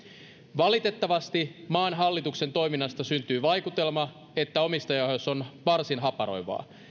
valitettavasti maan hallituksen toiminnasta syntyy vaikutelma että omistajaohjaus on varsin haparoivaa